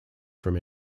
from